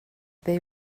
they